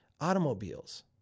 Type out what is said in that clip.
automobiles